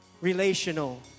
relational